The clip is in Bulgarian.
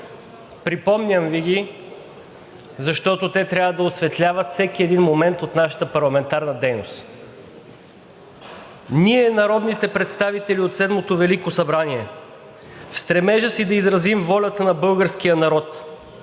Припомням Ви ги, защото те трябва да осветляват всеки един момент от нашата парламентарна дейност: „Ние, народните представители от Седмото Велико народно събрание, в стремежа си да изразим волята на българския народ,